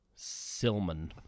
Silman